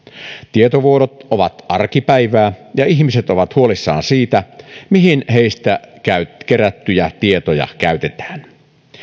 tietovuodot ovat arkipäivää ja ihmiset ovat huolissaan siitä mihin heistä kerättyjä tietoja käytetään